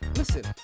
listen